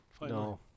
No